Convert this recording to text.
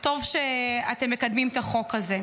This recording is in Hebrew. טוב שאתם מקדמים את החוק הזה.